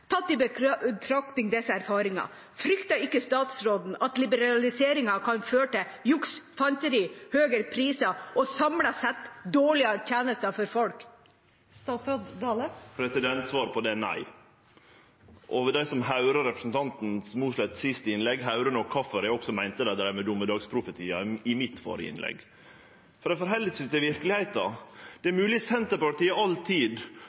Tatt i betraktning disse erfaringene, frykter ikke statsråden at liberaliseringen kan føre til juks, fanteri, høyere priser og samlet sett dårligere tjenester for folk? Svaret på det er nei. Dei som høyrer representanten Mossleths siste innlegg, høyrer nok kvifor eg i mitt førre innlegg meinte dei dreiv med domedagsprofetiar. Dei held seg ikkje til verkelegheita. Det er mogleg at Senterpartiet har all tid